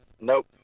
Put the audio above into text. Nope